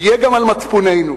יהיה גם על מצפוננו.